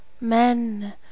Men